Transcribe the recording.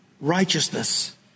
righteousness